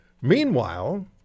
Meanwhile